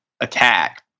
attack